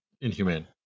inhumane